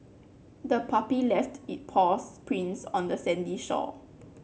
the puppy left it paws prints on the sandy shore